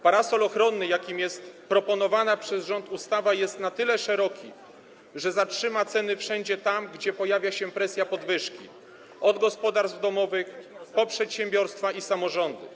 Parasol ochronny, jakim jest proponowana przez rząd ustawa, jest na tyle szeroki, że zatrzyma ceny wszędzie tam, gdzie pojawia się presja podwyżki: od gospodarstw domowych po przedsiębiorstwa i samorządy.